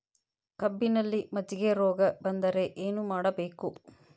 ಕಬ್ಬಿನಲ್ಲಿ ಮಜ್ಜಿಗೆ ರೋಗ ಬಂದರೆ ಏನು ಮಾಡಬೇಕು?